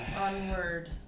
onward